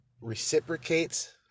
reciprocates